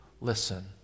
listen